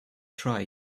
try